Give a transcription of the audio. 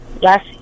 Yes